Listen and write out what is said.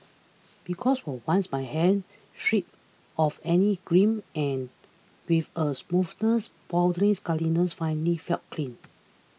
because for once my hands stripped of any grime and with a smoothness bordering scaliness finally felt clean